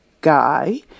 guy